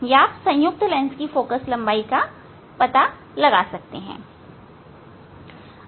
या आप संयुक्त लेंस की फोकल लंबाई का पता लगा सकते हैं